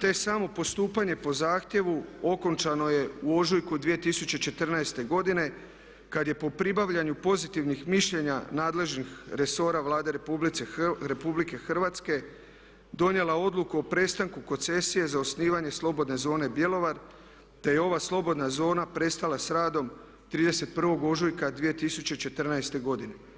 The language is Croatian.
te samo postupanje po zahtjevu okončano je u ožujku 2014. godine kad je po pribavljanju pozitivnih mišljenja nadležnih resora Vlade Republike Hrvatske donijela odluku o prestanku koncesije za osnivanje slobodne zone Bjelovar te je ova slobodna zona prestala s radom 31. ožujka 2014. godine.